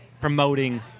promoting